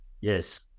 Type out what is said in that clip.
Yes